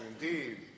indeed